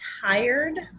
tired